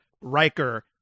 Riker